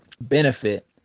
benefit